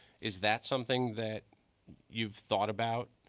is that something that you've thought about.